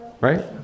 Right